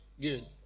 Good